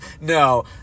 no